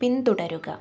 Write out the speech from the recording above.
പിന്തുടരുക